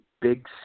big